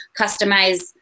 customize